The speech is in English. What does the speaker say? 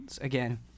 again